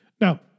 Now